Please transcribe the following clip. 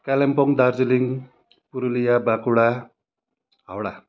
Kalimpong Darjeeling Purulia Bankura Howrah